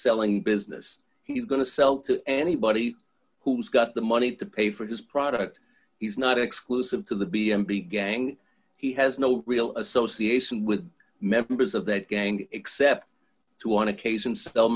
selling business he's going to sell to anybody who's got the money to pay for his product he's not exclusive to the b and b gang he has no real association with members of that gang except to want to case and sell